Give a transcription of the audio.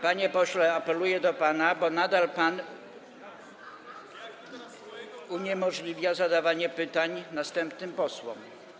Panie pośle, apeluję do pana, bo nadal pan uniemożliwia zadawanie pytań następnym posłom.